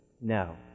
no